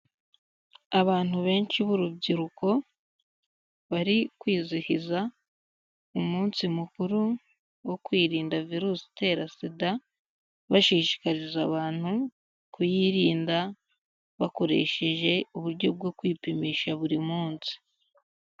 Abantu benshi b'urubyiruko bari kwizihiza umunsi mukuru wo kwirinda virusi itera sida, bashishikariza abantu kuyirinda bakoresheje uburyo bwo kwipimisha buri munsi.